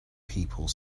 people